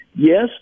Yes